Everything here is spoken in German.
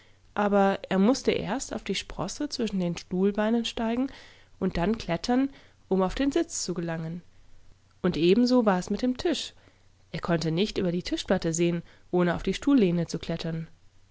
aber er mußte erst auf die sprosse zwischen den stuhlbeinen steigen und dann klettern um auf den sitz zu gelangen und ebenso war es mit dem tisch er konnte nicht über die tischplattesehen ohneaufdiestuhllehnezuklettern wasinallerweltistdasnur sagtederjunge